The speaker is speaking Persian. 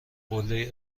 قلهای